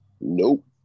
Nope